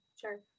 Sure